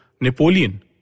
Napoleon